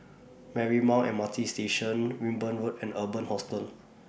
Marymount M R T Station Wimborne Road and Urban Hostel